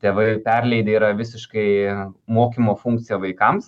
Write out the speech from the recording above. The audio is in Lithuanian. tėvai perleidę yra visiškai mokymo funkciją vaikams